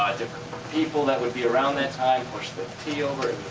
different people that would be around that time pushed the tea over. it